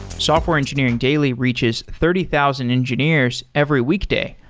software engineering daily reaches thirty thousand engineers every week day,